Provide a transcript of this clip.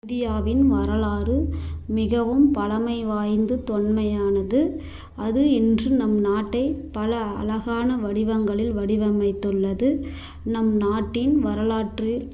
இந்தியாவின் வரலாறு மிகவும் பழமை வாய்ந்த தொன்மையானது அது இன்று நம் நாட்டை பல அழகான வடிவங்களில் வடிவமைத்துள்ளது நம் நாட்டின் வரலாற்று